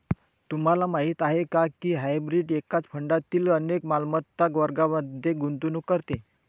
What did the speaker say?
तुम्हाला माहीत आहे का की हायब्रीड एकाच फंडातील अनेक मालमत्ता वर्गांमध्ये गुंतवणूक करते?